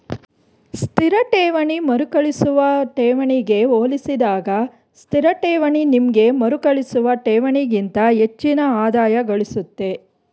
ಸ್ಥಿರ ಠೇವಣಿ ಮರುಕಳಿಸುವ ಠೇವಣಿಗೆ ಹೋಲಿಸಿದಾಗ ಸ್ಥಿರಠೇವಣಿ ನಿಮ್ಗೆ ಮರುಕಳಿಸುವ ಠೇವಣಿಗಿಂತ ಹೆಚ್ಚಿನ ಆದಾಯಗಳಿಸುತ್ತೆ